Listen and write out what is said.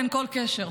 קשר.